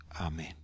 Amen